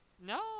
No